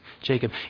Jacob